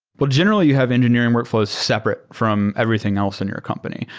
but generally, you have engineering workfl ows separate from everything else in your company.